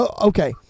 Okay